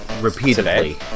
repeatedly